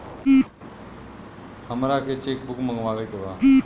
हमारा के cheque book मगावे के बा?